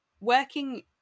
working